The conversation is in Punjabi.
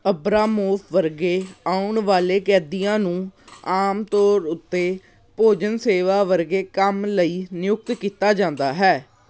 ਅਬਰਾਮੋਫ ਵਰਗੇ ਆਉਣ ਵਾਲੇ ਕੈਦੀਆਂ ਨੂੰ ਆਮ ਤੌਰ ਉੱਤੇ ਭੋਜਨ ਸੇਵਾ ਵਰਗੇ ਕੰਮ ਲਈ ਨਿਯੁਕਤ ਕੀਤਾ ਜਾਂਦਾ ਹੈ